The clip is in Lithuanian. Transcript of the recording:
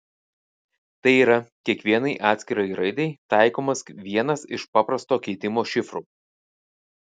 tai yra kiekvienai atskirai raidei taikomas vienas iš paprasto keitimo šifrų